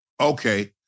Okay